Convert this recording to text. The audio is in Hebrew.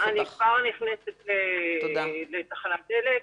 אני כבר נכנסת לתחנת דלק.